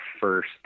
first